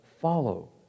follow